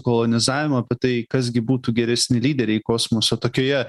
kolonizavimą apie tai kas gi būtų geresni lyderiai kosmoso tokioje